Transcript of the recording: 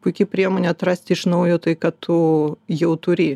puiki priemonė atrasti iš naujo tai ką tu jau turi